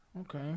Okay